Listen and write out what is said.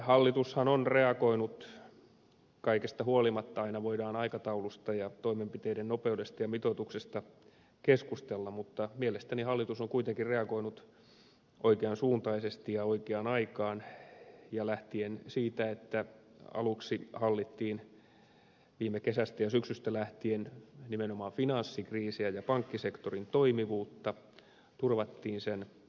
hallitushan on reagoinut kaikesta huolimatta aina voidaan aikataulusta ja toimenpiteiden nopeudesta ja mitoituksesta keskustella mielestäni kuitenkin oikean suuntaisesti ja oikeaan aikaan lähtien siitä että aluksi hallittiin viime kesästä ja syksystä lähtien nimenomaan finanssikriisiä ja pankkisektorin toimivuutta turvattiin sen rahoituspohjan vakautta